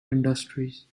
industries